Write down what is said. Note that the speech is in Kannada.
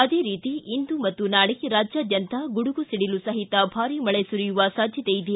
ಅದೇ ರೀತಿ ಇಂದು ಮತ್ತು ನಾಳೆ ರಾಜ್ಯಾದ್ದಂತ ಗುಡುಗು ಸಿಡಿಲು ಸಹಿತ ಭಾರಿ ಮಳೆ ಸುರಿಯುವ ಸಾಧ್ದತೆಯಿದೆ